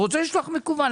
הוא רוצה לשלוח מקוון,